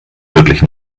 wirklich